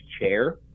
chair